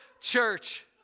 church